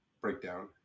breakdown